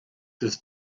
his